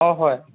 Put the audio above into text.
অঁ হয়